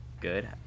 good